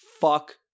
Fuck